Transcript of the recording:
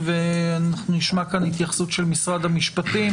ואנחנו נשמע כאן התייחסות של משרד המשפטים